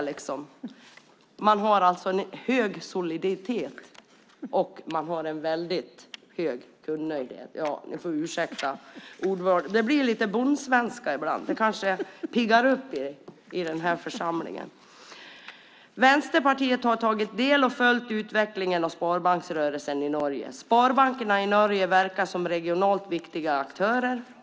Vi kan konstatera att sparbankerna alltså har en hög soliditet, och man har en väldigt hög kundnöjdhet. Ni får ursäkta ordvalet. Det blir lite bondsvenska ibland. Det kanske piggar upp i den här församlingen. Vänsterpartiet har tagit del av och följt utvecklingen hos sparbanksrörelsen i Norge. Sparbankerna i Norge verkar som regionalt viktiga aktörer.